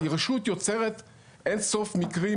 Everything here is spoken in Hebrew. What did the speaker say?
הרשות יוצרת אינסוף מקרים